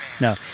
No